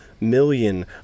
million